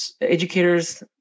educators